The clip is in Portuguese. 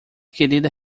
querida